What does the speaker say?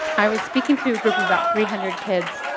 i was speaking to a group of about three hundred kids,